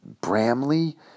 Bramley